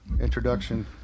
introduction